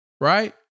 right